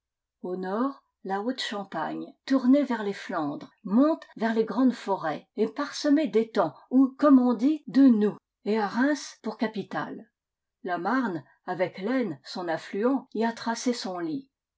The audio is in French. au nord la haute champagne tournée vers les flandres monte vers les grandes forêts est parsemée d'étangs ou comme on dit de noues et a reims pour capitale la marne avec l'aisne son affluent y a tracé son lit